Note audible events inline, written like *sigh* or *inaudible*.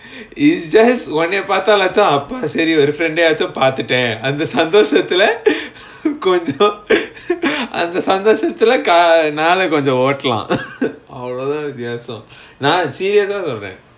it's just ஒன்னய பாத்தாலாச்சும் அபோ சரி ஒரு:onaya paathalachum appo sari oru friend ah யாச்சும் பாத்துட்டேன் அந்த சந்தோஷத்துல கொஞ்சோ அந்த சந்தோஷத்துல நாள கொஞ்சோ ஓட்டலா:yachum paathutaen antha santhoshathula konjo antha santhoshathula naala konjo otala *laughs* அவளோ தான் வித்தியாசோ நா:avalo thaan vithiyaaso naa serious ah சொல்ற:solra